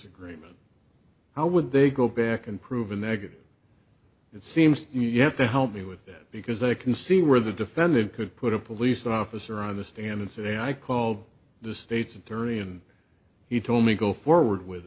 agreement how would they go back and prove a negative it seems to me you have to help me with that because i can see where the defendant could put a police officer on the stand and say i called the state's attorney and he told me go forward with